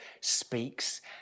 speaks